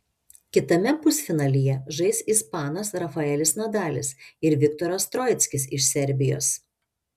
kitame pusfinalyje žais ispanas rafaelis nadalis ir viktoras troickis iš serbijos